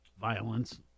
violence